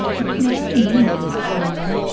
you're marrying beneath you, susan',